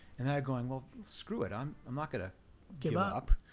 and i'm going, well screw it, i'm i'm not gonna give up.